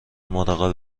مراقب